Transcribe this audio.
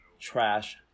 Trash